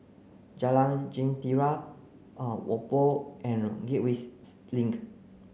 Jalan Jentera Whampoa and Gateway Link